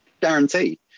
guarantee